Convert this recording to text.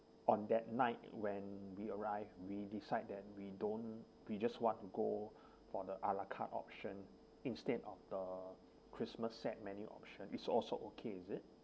on that night when we arrive we decide that we don't we just want to go for the a la carte option instead of the christmas set menu option is also okay is it